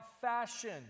fashion